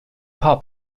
hop